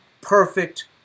perfect